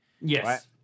Yes